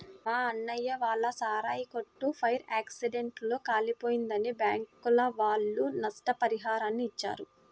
మా అన్నయ్య వాళ్ళ సారాయి కొట్టు ఫైర్ యాక్సిడెంట్ లో కాలిపోయిందని బ్యాంకుల వాళ్ళు నష్టపరిహారాన్ని ఇచ్చారు